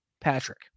Patrick